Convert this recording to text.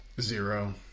Zero